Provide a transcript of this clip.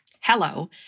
Hello